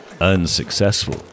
unsuccessful